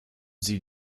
sie